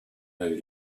mood